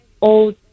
old